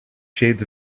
shades